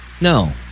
No